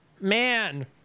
Man